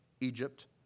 Egypt